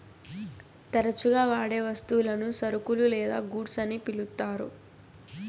తరచుగా వాడే వస్తువులను సరుకులు లేదా గూడ్స్ అని పిలుత్తారు